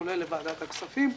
כולל לוועדת הכספים.